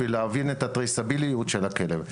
בשביל להבין את הטרייסביליות של הכלב.